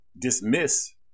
dismiss